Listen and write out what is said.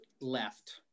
left